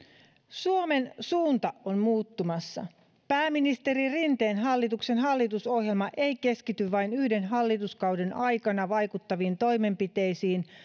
suomen suunta on muuttumassa pääministeri rinteen hallituksen hallitusohjelma ei keskity vain yhden hallituskauden aikana vaikuttaviin toimenpiteisiin